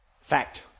Fact